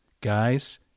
Guys